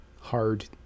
hard